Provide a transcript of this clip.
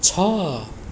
छ